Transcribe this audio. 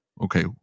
Okay